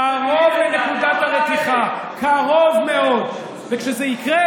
קרוב לנקודת הרתיחה, קרוב מאוד, וכשזה יקרה,